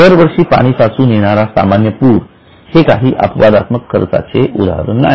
दर वर्षी पाणी साचून येणारा सामान्य पूर हे काही अपवादात्मक खर्चाचे उदाहरण नाही